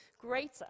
greater